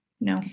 No